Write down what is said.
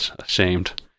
ashamed